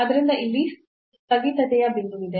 ಆದ್ದರಿಂದ ಇಲ್ಲಿ ಸ್ಥಗಿತತೆಯ ಬಿಂದುವಿದೆ